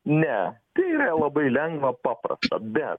ne tai yra labai lengva paprasta bet